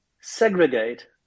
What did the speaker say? segregate